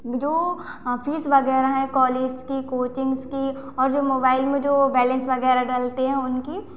जो फीस वगैरह है कॉलेज की कोचिंग्स की और जो मोबाइल में जो बैलेंस वगैरह डालते हैं उनकी